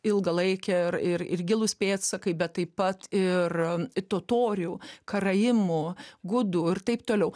ilgalaikiai ir ir gilūs pėdsakai bet taip pat ir totorių karaimų gudų ir taip toliau